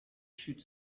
should